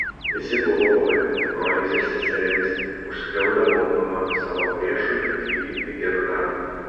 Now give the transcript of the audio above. visi buvo pavadinti broliais ir seserimis už skriaudą mokoma savo priešui atlyginti geru darbu